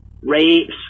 rapes